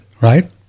right